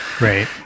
Right